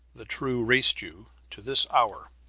the true race-jew, to this hour.